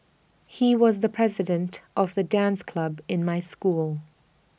he was the president of the dance club in my school